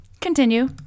Continue